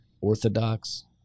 orthodox